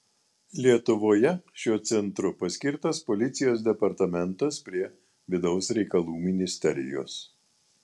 lietuvoje šiuo centru paskirtas policijos departamentas prie vidaus reikalų ministerijos